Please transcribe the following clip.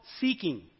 seeking